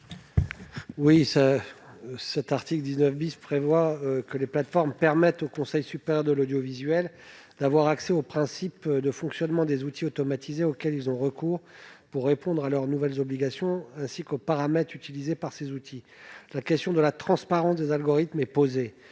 L'article 19 prévoit que les plateformes permettent au CSA d'avoir accès aux principes de fonctionnement des outils automatisés auxquels ils ont recours pour répondre à leurs nouvelles obligations, ainsi qu'aux paramètres utilisés par ces outils. La question de la transparence des algorithmes est posée.